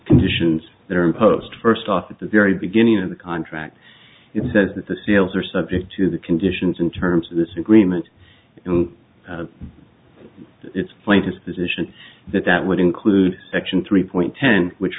conditions that are imposed first off at the very beginning of the contract it says that the seals are subject to the conditions in terms of this agreement and its point is decision that that would include section three point ten which